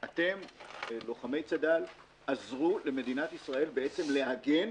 שלוחמי צד"ל עזרו למדינת ישראל בעצם להגן